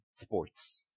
sports